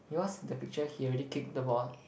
he was the picture he already kicked the ball